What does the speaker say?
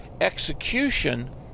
Execution